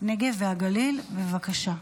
שר הנגב והגליל, בבקשה.